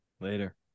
Later